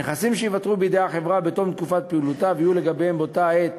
נכסים שייוותרו בידי החברה בתום תקופת פעילותה ויהיו לגביהם באותה העת